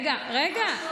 רגע, רגע.